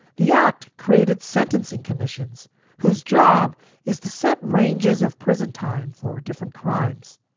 the act created sentencing commissions whose job is to set ranges of prison time for different crimes.